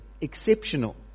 exceptional